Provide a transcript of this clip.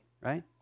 right